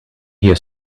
here